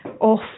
off